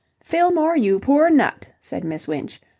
fillmore, you poor nut, said miss winch,